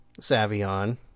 Savion